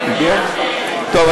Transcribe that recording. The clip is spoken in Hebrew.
טוב,